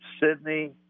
Sydney